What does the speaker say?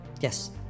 yes